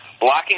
blocking